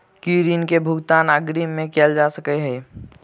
की ऋण कऽ भुगतान अग्रिम मे कैल जा सकै हय?